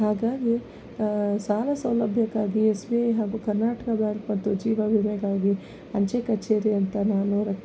ಹಾಗಾಗಿ ಸಾಲ ಸೌಲಭ್ಯಕ್ಕಾಗಿ ಎಸ್ ಬಿ ಐ ಹಾಗೂ ಕರ್ನಾಟಕ ಬ್ಯಾಂಕ್ ಮತ್ತು ಜೀವವಿಮೆಗಾಗಿ ಅಂಚೆ ಕಚೇರಿಯಂತ ನಾನು